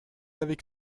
avec